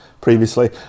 previously